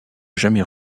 jamais